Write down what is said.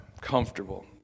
comfortable